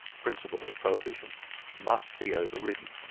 principle of prohibition must be over-ridden.